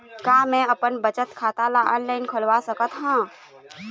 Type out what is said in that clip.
का मैं अपन बचत खाता ला ऑनलाइन खोलवा सकत ह?